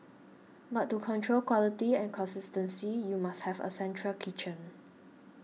but to control quality and consistency you must have a central kitchen